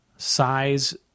size